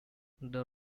the